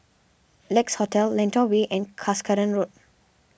Lex Hotel Lentor Way and Cuscaden Road